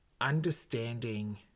understanding